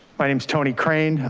my name is tony crane.